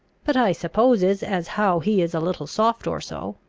but i supposes as how he is a little soft or so.